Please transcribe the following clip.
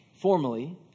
formally